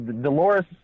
dolores